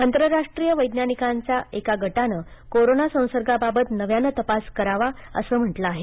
आंतरराष्ट्रीय वैज्ञानिकांचा एका गटानं कोरोना संसर्गाबाबत नव्यानं तपास करावं असं म्हटलं आहे